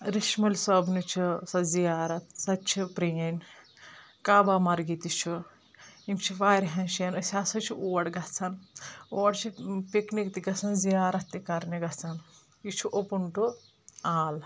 رِیٚش مٲلۍ صٲبنہٕ چھُ سۄ زِیارت سۄ تہِ چھِ پِرٛین کابامَرگہِ تہِ چھُ یِم چھِ واریَہَن جایَن أسۍ ہَسا چھِ اور گژھَان اور چھِ پِکنِک تہِ گژھَان زِیارتھَ تہِ کَرنہِ گژھَان یہِ چھُ اوٚپُن ٹُو آل